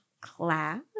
class